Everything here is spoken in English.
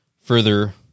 further